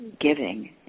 giving